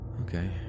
okay